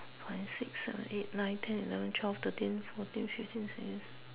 five six seven eight nine ten eleven twelve thirteen fourteen fifteen sixteen seventeen